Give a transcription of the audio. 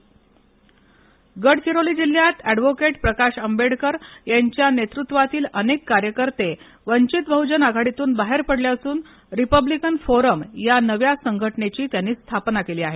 पक्ष गडचिरोली गडचिरोली जिल्ह्यात अॅडव्होकेट प्रकाश आंबेडकर यांच्या नेतृत्वातील अनेक कार्यकर्ते वंचित बह्जन आघाडीतून बाहेर पडले असून रिपब्लिकन फोरम या नव्या संघटनेची स्थापना केली आहे